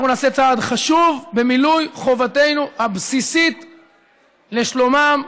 אנחנו נעשה צעד חשוב במילוי חובתנו הבסיסית לשלומם,